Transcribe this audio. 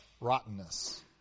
rottenness